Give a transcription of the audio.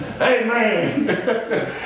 Amen